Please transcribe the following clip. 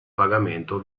pagamento